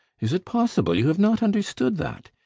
is it possible you have not understood that?